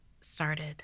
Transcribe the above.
started